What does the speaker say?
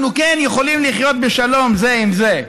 אנחנו יכולים לחיות בשלום זה עם זה.